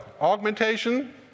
augmentation